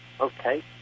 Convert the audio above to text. Okay